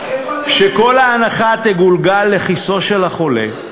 שכל ההנחה תגולגל לכיסו של החולה,